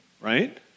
right